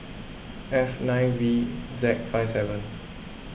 F nine V Z five seven